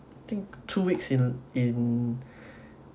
I think two weeks in in